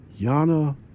Yana